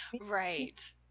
right